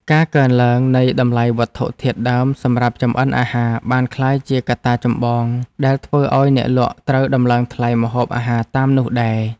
ការកើនឡើងនៃតម្លៃវត្ថុធាតុដើមសម្រាប់ចម្អិនអាហារបានក្លាយជាកត្តាចម្បងដែលធ្វើឱ្យអ្នកលក់ត្រូវដំឡើងថ្លៃម្ហូបអាហារតាមនោះដែរ។